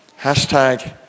hashtag